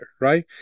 right